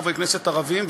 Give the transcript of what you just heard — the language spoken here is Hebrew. חברי כנסת ערבים,